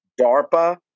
DARPA